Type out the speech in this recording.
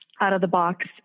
out-of-the-box